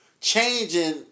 changing